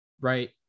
right